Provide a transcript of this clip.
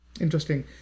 Interesting